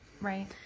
Right